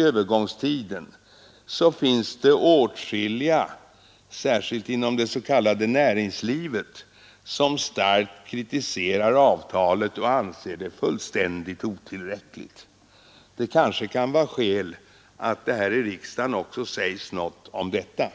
övergångstiden finns det åtskilliga, särskilt inom det s.k. näringslivet, som starkt kritiserar avtalet och anser det fullständigt otillräckligt. Det kanske kan vara skäl att det här i riksdagen också sägs något om detta.